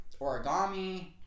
origami